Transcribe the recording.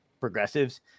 progressives